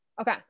Okay